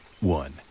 one